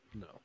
No